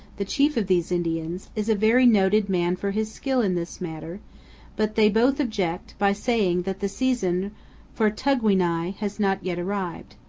the chief of these indians, is a very noted man for his skill in this matter but they both object, by saying that the season for tugwi'nai has not yet arrived.